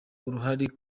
urahari